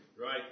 Right